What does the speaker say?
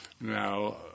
Now